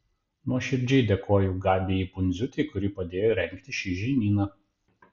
nuoširdžiai dėkoju gabijai pundziūtei kuri padėjo rengti šį žinyną